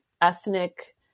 ethnic